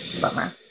bummer